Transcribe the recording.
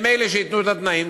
הם אלה שהתנו את התנאים.